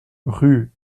rue